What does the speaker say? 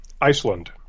Iceland